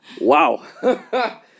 Wow